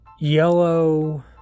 yellow